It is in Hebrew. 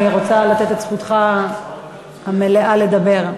אני רוצה לתת את זכותך המלאה לדבר.